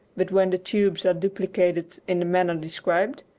but when the tubes are duplicated in the manner described,